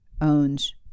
owns